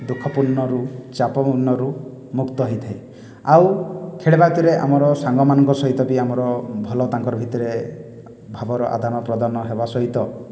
ଦୁଖପୁର୍ଣ୍ଣରୁ ଚାପପୂର୍ଣ୍ଣରୁ ମୁକ୍ତ ହୋଇଥାଏ ଆଉ ଖେଳିବାଥିରେ ଆମର ସାଙ୍ଗମାନଙ୍କ ସହିତ ବି ଆମର ଭଲ ତାଙ୍କର ଭିତରେ ଭାବର ଆଦାନ ପ୍ରଦାନ ହେବା ସହିତ